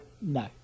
no